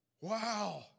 wow